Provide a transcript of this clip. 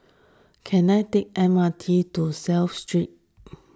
can I take M R T to Clive Street